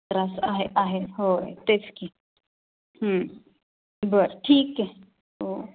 त्रास आहे आहे होय तेच की बरं ठीक आहे हो